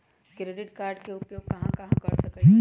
Credit card के उपयोग कहां कहां कर सकईछी?